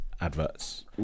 adverts